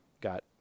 got